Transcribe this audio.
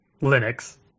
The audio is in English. Linux